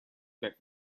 back